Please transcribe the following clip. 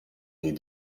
lead